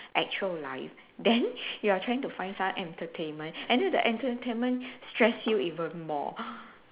actual life then you are trying to find some entertainment and then the entertainment stress you even more